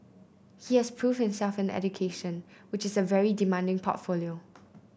he has proved himself in education which is a very demanding portfolio